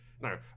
no